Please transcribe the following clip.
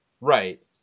Right